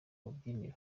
rubyiniro